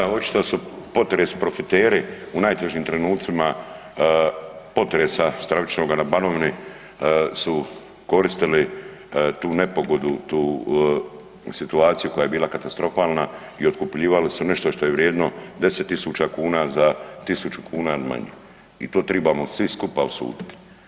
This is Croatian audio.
Pa da, očito su potres profiteri u najtežim trenucima potresa stravičnoga na Banovini su koristili tu nepogodu, tu situaciju koja je bila katastrofalna i otkupljivali su nešto što je vrijedno 10.000 kuna za 1.000 kuna manje i to tribamo svi skupa osuditi.